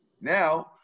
Now